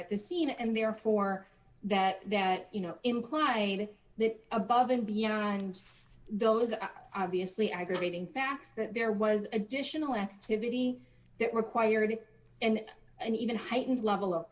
at the scene and therefore that that you know imply that above and beyond and those are obviously aggravating facts that there was additional activity that required it and an even heightened level of